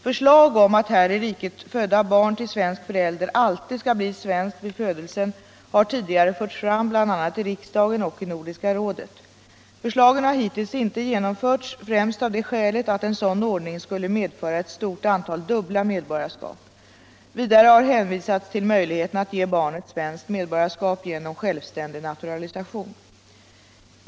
Förslag om att här i riket födda barn till svensk förälder alltid skall bli svenskt vid födelsen har tidigare förts fram bl.a. i riksdagen och Nordiska rådet. Förslagen har hittills inte genomförts, främst av det skälet att en sådan ordning skulle medföra ett stort antal dubbla medborgarskap. Vidare har hänvisats till möjligheten att ge barnet svenskt medborgarskap genom självständig naturalisation.